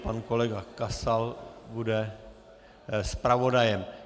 Pan kolega Kasal bude zpravodajem.